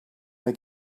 they